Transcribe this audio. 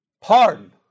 Pardon